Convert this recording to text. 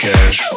cash